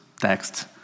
text